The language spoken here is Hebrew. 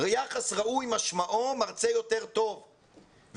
ויחס ראוי, משמעו, מרצה יותר טוב ובוודאי